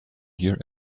here